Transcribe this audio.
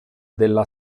della